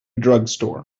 drugstore